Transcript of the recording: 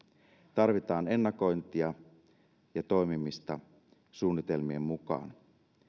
tarvitaan ennakointia ja toimimista suunnitelmien mukaan